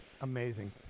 Amazing